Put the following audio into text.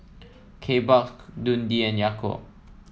Kbox Dundee and Yakult